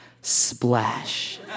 Splash